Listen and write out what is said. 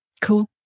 Cool